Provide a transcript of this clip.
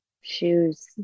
Shoes